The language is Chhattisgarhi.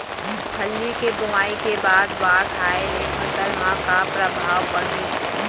फल्ली के बोआई के बाद बाढ़ आये ले फसल मा का प्रभाव पड़ही?